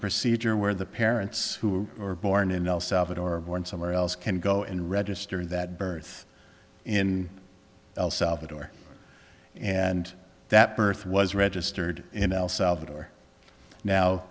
procedure where the parents who are born in el salvador born somewhere else can go and register that birth in el salvador and that birth was registered in el salvador now